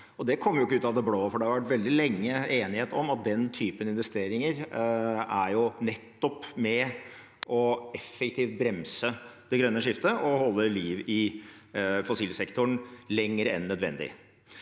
Det kom ikke ut av det blå, for det har veldig lenge vært enighet om at den typen investeringer nettopp er med på effektivt å bremse det grønne skiftet og holde liv i fossilsektoren – lenger enn nødvendig.